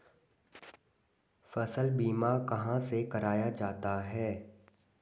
फसल बीमा कहाँ से कराया जाता है?